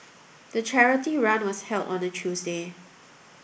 the charity run was held on a Tuesday